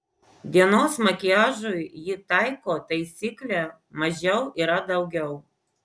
dienos makiažui ji taiko taisyklę mažiau yra daugiau